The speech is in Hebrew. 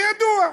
זה ידוע,